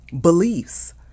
beliefs